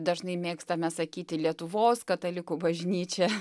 dažnai mėgstame sakyti lietuvos katalikų bažnyčia